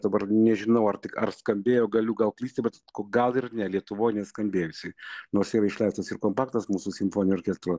dabar nežinau ar tai ar skambėjo galiu gal klysti bet gal ir ne lietuvoj neskambėjo jisai nors yra išleistas ir kompaktas mūsų simfoninio orkestro